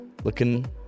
Looking